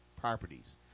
properties